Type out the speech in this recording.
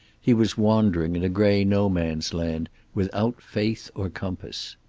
he was wandering in a gray no-man's land, without faith or compass.